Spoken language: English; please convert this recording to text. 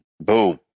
Boom